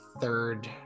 third